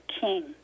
king